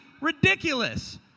ridiculous